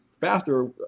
faster